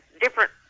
different